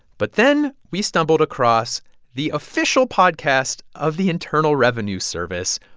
but then, we stumbled across the official podcast of the internal revenue service,